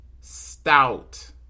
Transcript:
Stout